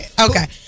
Okay